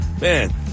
Man